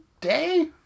day